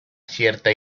cierta